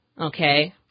okay